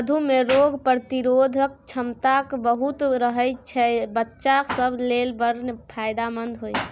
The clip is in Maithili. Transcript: मधु मे रोग प्रतिरोधक क्षमता बहुत रहय छै बच्चा सब लेल बड़ फायदेमंद